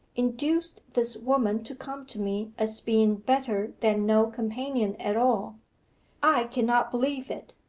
induced this woman to come to me, as being better than no companion at all i cannot believe it.